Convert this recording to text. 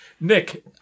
Nick